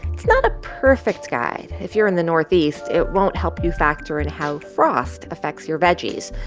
it's not a perfect guide. if you're in the northeast, it won't help you factor in how frost affects your veggies.